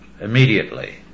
immediately